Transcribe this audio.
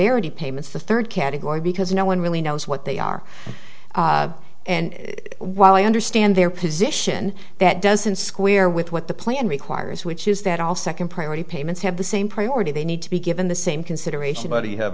severity payments the third category because no one really knows what they are and while i understand their position that doesn't square with what the plan requires which is that all second priority payments have the same priority they need to be given the same consideration but do you have